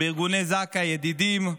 בארגונים זק"א, ידידים,